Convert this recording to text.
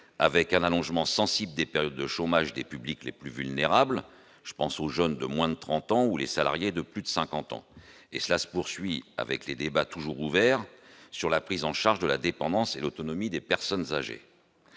avec un allongement sensible des périodes de chômage des publics les plus vulnérables, je pense aux jeunes de moins de 30 ans, où les salariés de plus de 50 ans, et cela se poursuit avec les débats toujours ouvert sur la prise en charge de la dépendance et l'autonomie des personnes âgées.